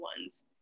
ones